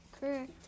Correct